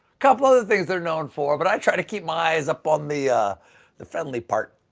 couple of the things they are known for but i try to keep my eyes up on the ah the friendly part.